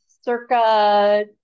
circa